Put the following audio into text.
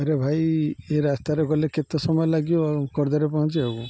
ଆରେ ଭାଇ ଏ ରାସ୍ତାରେ ଗଲେ କେତେ ସମୟ ଲାଗିବ ଆଉ ଖୋର୍ଦ୍ଧାରେ ପହଞ୍ଚିବାକୁ